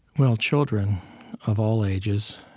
well, children of all ages,